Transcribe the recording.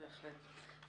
בהחלט.